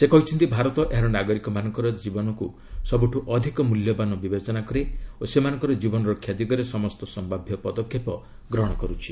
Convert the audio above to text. ସେ କହିଛନ୍ତି ଭାରତ ଏହାର ନାଗରିକମାନଙ୍କର ଜୀବନକୁ ସବୁଠୁ ଅଧିକ ମୂଲ୍ୟବାନ ବିବେଚନା କରେ ଓ ସେମାନଙ୍କର ଜୀବନରକ୍ଷା ଦିଗରେ ସମସ୍ତ ସମ୍ଭାବ୍ୟ ପଦକ୍ଷେପ ଗ୍ରହଣ କରୁଛି